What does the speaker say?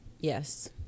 Yes